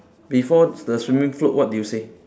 before the swimming float what did you say